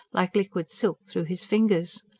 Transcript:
like liquid silk, through his fingers.